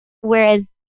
Whereas